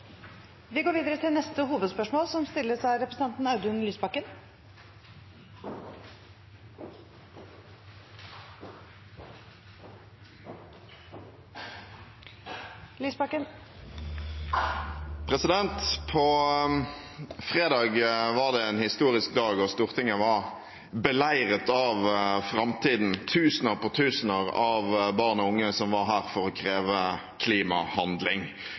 Vi går videre til neste hovedspørsmål. Fredag var en historisk dag. Stortinget var beleiret av framtiden, av tusener på tusener av barn og unge som var her for å kreve klimahandling.